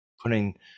putting